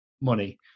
money